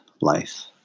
life